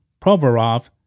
Provorov